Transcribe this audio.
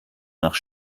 nach